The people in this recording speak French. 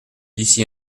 d’ici